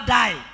die